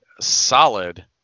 solid